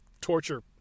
torture